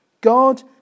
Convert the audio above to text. God